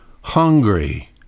hungry